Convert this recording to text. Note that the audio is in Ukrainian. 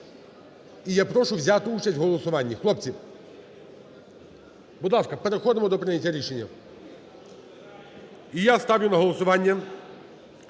І я прошу взяти участь в голосуванні. Хлопці, будь ласка, переходимо до прийняття рішення. І я ставлю на голосування